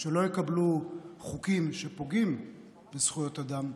שלא יקבלו חוקים שפוגעים בזכויות אדם,